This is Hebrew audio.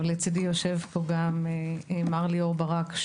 לצידי יושב מר ליאור ברק,